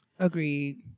agreed